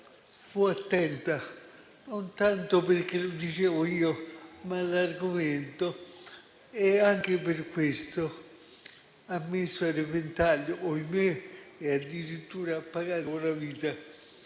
fu attenta non tanto perché lo dicevo io, ma per l'argomento e anche per questo ha messo a repentaglio e - ahimè - ha addirittura pagato con la vita